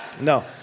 No